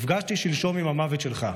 נפגשתי שלשום עם המוות שלך.